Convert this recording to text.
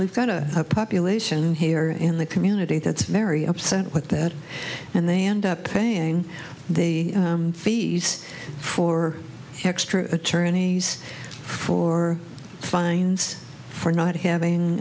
to a population here in the community that's very upset with that and they end up paying the fees for extra attorneys for fines for not having